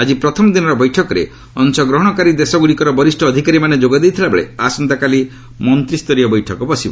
ଆକ୍ଟି ପ୍ରଥମ ଦିନର ବୈଠକରେ ଅଂଶଗ୍ରହଣକାରୀ ଦେଶଗୁଡ଼ିକର ବରିଷ୍ଠ ଅଧିକାରୀମାନେ ଯୋଗ ଦେଇଥିବା ବେଳେ ଆସନ୍ତାକାଲି ମନ୍ତ୍ରୀସ୍ତରୀୟ ବୈଠକ ବସିବ